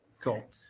Cool